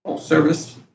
service